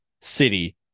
city